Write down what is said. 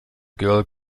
girl